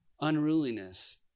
unruliness